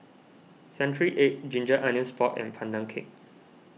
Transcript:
Century Egg Ginger Onions Pork and Pandan Cake